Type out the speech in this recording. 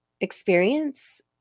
experience